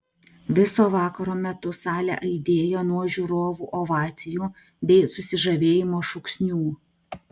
viso vakaro metu salė aidėjo nuo žiūrovų ovacijų bei susižavėjimo šūksnių